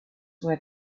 where